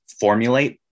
Formulate